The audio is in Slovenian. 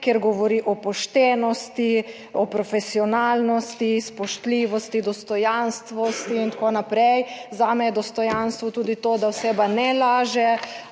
kjer govori o poštenosti, o profesionalnosti, spoštljivosti, dostojanstvenosti in tako naprej. Zame je dostojanstvo tudi to, da oseba ne laže